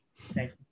thank